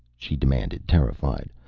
she demanded, terrified.